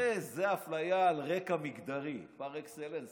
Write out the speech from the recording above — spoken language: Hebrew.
הרי זו אפליה על רקע מגדרי פר אקסלנס,